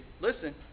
listen